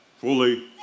fully